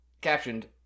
Captioned